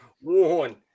one